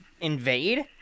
invade